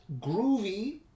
groovy